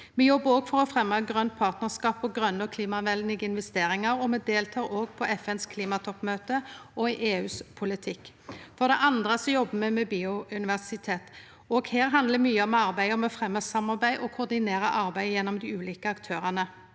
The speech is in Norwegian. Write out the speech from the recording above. Me jobbar òg for å fremje grøne partnarskap og grøne og klimavenlege investeringar, og me deltek på FNs klimatoppmøte og i EUs politikk. For det andre jobbar me med biodiversitet, og her handlar mykje av arbeidet om å fremje samarbeid og koordinere arbeidet gjennom dei ulike aktørane.